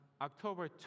October